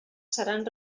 seran